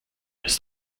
ist